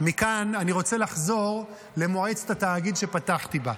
אני רוצה לחזור למועצת התאגיד שפתחתי בה.